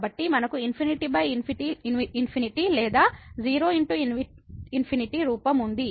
కాబట్టి మనకు ∞∞ లేదా 0 ×∞ రూపం ఉంది